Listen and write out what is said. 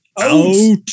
out